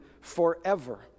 forever